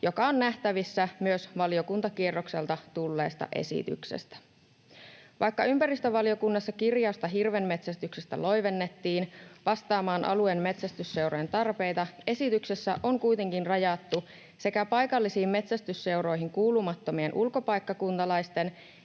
joka on nähtävissä myös valiokuntakierrokselta tulleesta esityksestä. Vaikka ympäristövaliokunnassa kirjausta hirvenmetsästyksestä loivennettiin vastaamaan alueen metsästysseurojen tarpeita, esityksessä on kuitenkin rajattu sekä paikallisiin metsästysseuroihin kuulumattomien ulkopaikkakuntalaisten